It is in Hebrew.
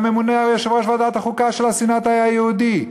ויושב-ראש ועדת החוקה של הסנאט היה יהודי,